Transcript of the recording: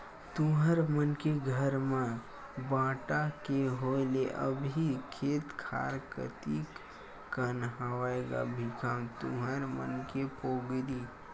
तुँहर मन के घर म बांटा के होय ले अभी खेत खार कतिक कन हवय गा भीखम तुँहर मन के पोगरी?